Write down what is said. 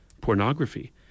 pornography